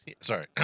Sorry